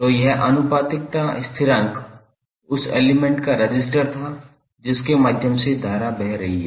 तो यह आनुपातिकता स्थिरांक उस एलिमेंट का रजिस्टर था जिसके माध्यम से धारा बह रही है